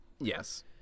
Yes